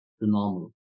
normal